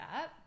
up